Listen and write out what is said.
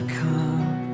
come